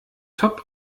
top